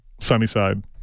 Sunnyside